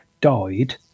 died